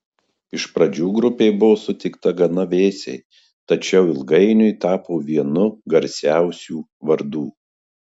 iš pradžių grupė buvo sutikta gana vėsiai tačiau ilgainiui tapo vienu garsiausių vardų